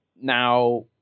Now